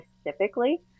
specifically